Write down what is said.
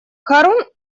харун